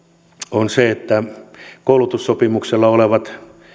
on se että koulutussopimuksella olevien